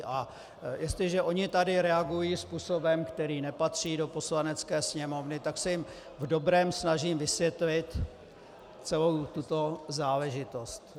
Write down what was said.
A jestliže oni tady reagují způsobem, který nepatří do Poslanecké sněmovny, tak se jim v dobrém snažím vysvětlit celou tuto záležitost.